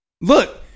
Look